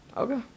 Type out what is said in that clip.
okay